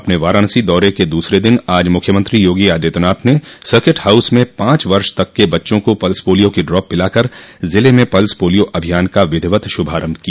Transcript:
अपने वाराणसी दौरे के दूसरे दिन आज मुख्यमंत्री योगी आदित्यनाथ ने सर्किट हाउस में पांच वर्ष तक के बच्चों को पल्स पोलियो की ड्रॉप पिलाकर जिले में पल्स पोलियो अभियान का विधिवत शुभारंभ किया